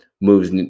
moves